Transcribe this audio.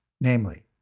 namely